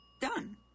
done